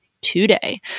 today